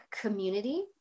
community